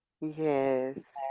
yes